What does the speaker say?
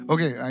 Okay